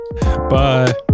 bye